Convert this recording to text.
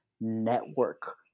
network